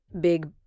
big